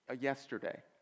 yesterday